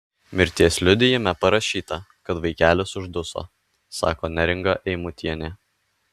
mirties liudijime parašyta kad vaikelis užduso sako neringa eimutienė